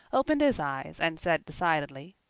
opened his eyes and said decidedly